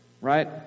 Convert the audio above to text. Right